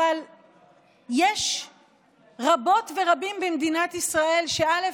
אבל יש רבות ורבים במדינת ישראל שא.